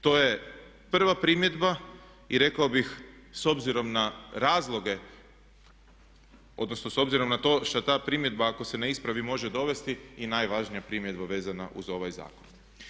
To je prva primjedba i rekao bih s obzirom na razloge, s obzirom na to šta ta primjedba ako se ne ispravi može dovesti i najvažnija primjedba vezana uz ovaj zakon.